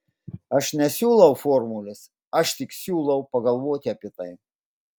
aš nesiūlau formulės aš tik siūlau pagalvoti apie tai